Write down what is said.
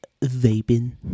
Vaping